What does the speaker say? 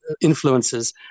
influences